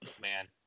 man